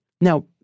Now